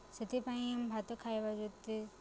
ସେଥିପାଇଁ ଭାତ ଖାଇବା ଯେତେ